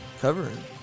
covering